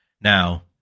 Now